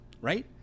right